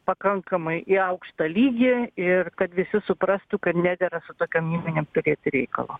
pakankamai į aukštą lygį ir kad visi suprastų kad nedera tokiom įmonėm turėti reikalo